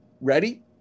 Ready